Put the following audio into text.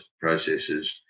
processes